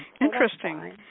Interesting